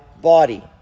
body